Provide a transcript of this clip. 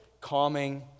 calming